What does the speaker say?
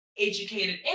educated